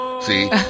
See